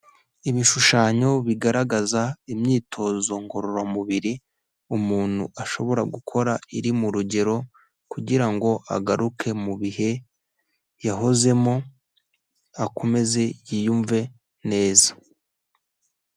Ibishushanyo bigaragaza imyitozo ngororamubiri umuntu ashobora gukora iri mu rugero, kugira ngo agaruke mu bihe yahozemo akomeze yiyumve neza.